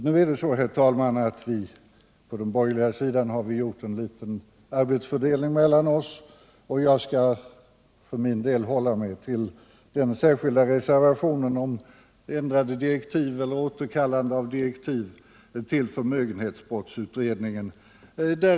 Nu är det så, herr talman, att vi på den borgerliga sidan har gjort en liten arbetsfördelning mellan oss, och jag skall för min del hålla mig till den särskilda reservationen om ändrade direktiv till förmögenhetsbrottsutredningen.